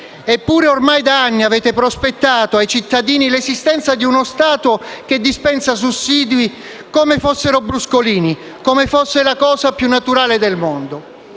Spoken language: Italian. Eppure, ormai da anni avete prospettato ai cittadini l'esistenza di uno Stato che dispensa sussidi come fossero bruscolini e si trattasse della cosa più naturale del mondo.